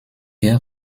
wir